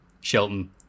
Shelton